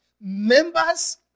members